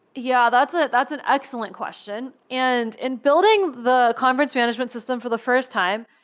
yeah, that's ah that's an excellent question. and in building the conference management system for the first time,